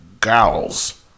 gals